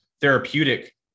therapeutic